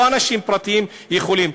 לא אנשים פרטיים יכולים.